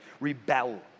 rebel